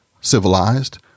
civilized